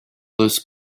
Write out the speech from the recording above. this